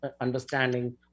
understanding